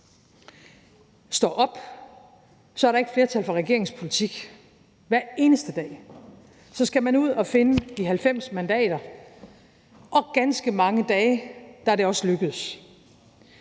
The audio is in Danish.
står op, er der ikke flertal for regeringens politik. Hver eneste dag skal man ud og finde de 90 mandater, og ganske mange dage er det også lykkedes.